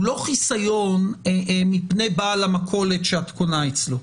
לא חיסיון מפני בעל המכולת שאת קונה אצלו.